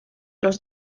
los